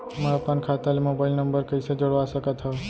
मैं अपन खाता ले मोबाइल नम्बर कइसे जोड़वा सकत हव?